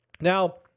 Now